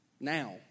now